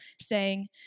saying